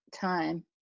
time